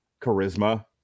charisma